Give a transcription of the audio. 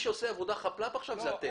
שעושה חאפ לאפ זה אתם.